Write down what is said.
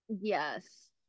Yes